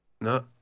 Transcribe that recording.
No